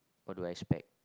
what do I expect